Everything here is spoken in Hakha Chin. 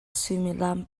suimilam